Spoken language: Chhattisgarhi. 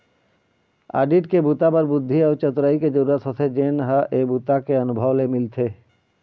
आडिट के बूता बर बुद्धि अउ चतुरई जरूरी होथे जेन ह ए बूता के अनुभव ले मिलथे